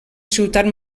ciutat